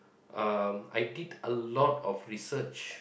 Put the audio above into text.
um I did a lot of research